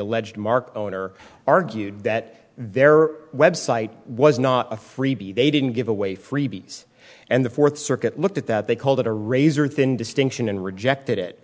alleged market owner argued that there are website was not a freebie they didn't give away freebies and the fourth circuit looked at that they called it a razor thin distinction and rejected it